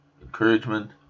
encouragement